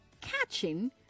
catching